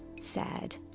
sad